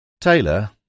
Taylor